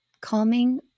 calming